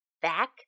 Back